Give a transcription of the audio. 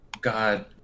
God